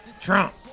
trump